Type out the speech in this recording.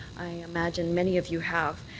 i imagine many of you have.